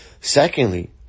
Secondly